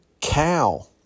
cow